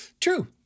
true